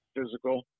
physical